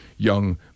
young